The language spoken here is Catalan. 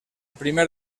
primer